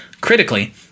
critically